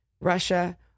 Russia